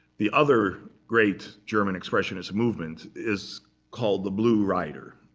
the other great german expressionist movement is called the blue rider,